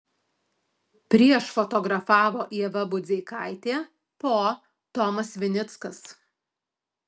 prieš fotografavo ieva budzeikaitė po tomas vinickas